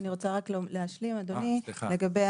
אני רוצה רק להשלים אדוני לגבי